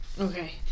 Okay